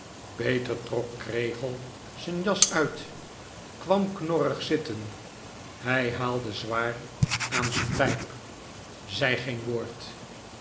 peter trok kregel z'n jas uit kwam knorrig zitten hij haalde zwaar aan z'n pijp zei geen woord